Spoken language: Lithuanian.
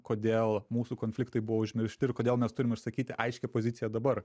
kodėl mūsų konfliktai buvo užmiršti ir kodėl mes turim išsakyti aiškią poziciją dabar